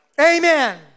Amen